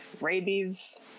Rabies